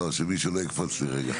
שמישהו לא יקפוץ לרגע.